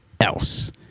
else